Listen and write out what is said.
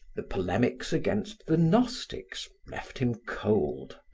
the polemics against the gnostics, left him cold.